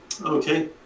Okay